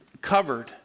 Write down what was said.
covered